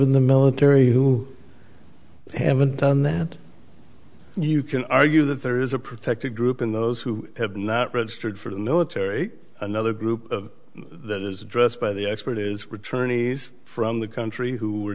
in the military who haven't done that you can argue that there is a protected group in those who have not registered for the military another group that is addressed by the expert is returning from the country who were